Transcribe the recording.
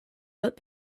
but